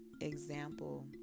example